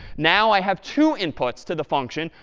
now i have two inputs to the function,